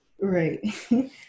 right